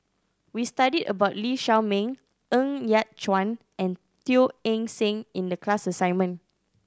we study about Lee Shao Meng Ng Yat Chuan and Teo Eng Seng in the class assignment